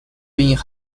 being